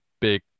big